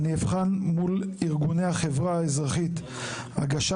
7. אני אבחן מול ארגוני החברה האזרחית הגשת